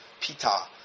Pita